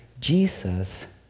Jesus